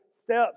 steps